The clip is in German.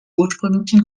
ursprünglichen